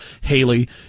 Haley